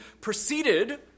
proceeded